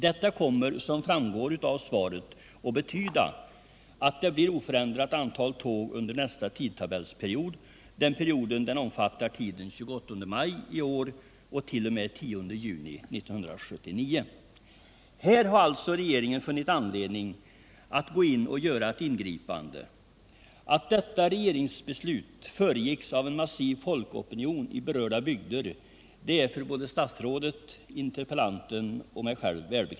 Detta kommer, som framgår av svaret, att betyda att det blir ett oförändrat antal tåg under nästa tidtabellsperiod, som omfattar tiden 28 maj i år t.o.m. 10 juni 1979. Här har alltså regeringen funnit anledning att göra ett ingripande. Att detta regeringsbeslut föregicks av en massiv folkopinion i berörda bygder är välbekant för både statsrådet, interpellanten och mig.